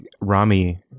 Rami